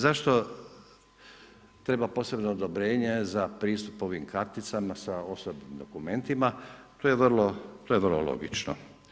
Zašto treba posebno odobrenje za pristup ovim karticama sa osobnim dokumentima, to je vrlo logično.